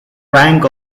rank